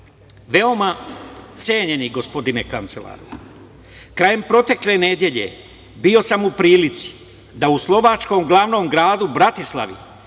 veoma cenjeni gospodine kancelaru. Krajem protekle nedelje bio sam u prilici da u slovačkom glavnom gradu Bratislavi